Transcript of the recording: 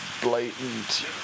blatant